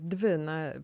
dvi na